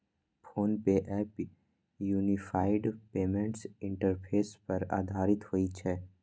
PhonePe app unified payments interface पर आधारित होइ छै